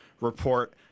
report